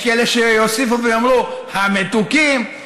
ויש כאלה שיוסיפו ויאמרו: המתוקים,